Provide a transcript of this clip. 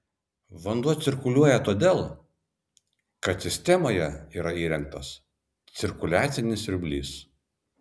vanduo cirkuliuoja todėl kad sistemoje yra įrengtas cirkuliacinis siurblys